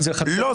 לא.